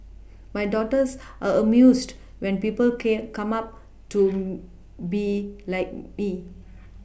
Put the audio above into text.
my daughters are amused when people came come up to be like it